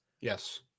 Yes